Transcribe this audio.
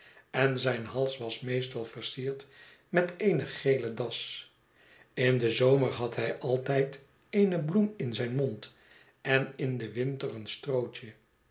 en zijn hals was meestal versierd met eene gele das in den zomer had hij altijd eene bloem in zijn mond en in den winter een strootje